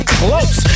close